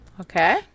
Okay